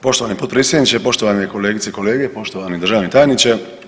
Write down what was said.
Poštovani potpredsjedniče, poštovani kolegice i kolege, poštovani državni tajniče.